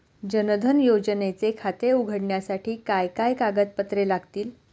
जनधन योजनेचे खाते उघडण्यासाठी काय काय कागदपत्रे लागतील?